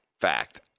fact